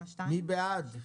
מי בעד?